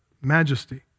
majesty